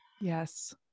Yes